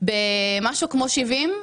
במשהו כמו 70,